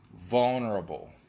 vulnerable